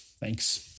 Thanks